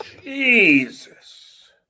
Jesus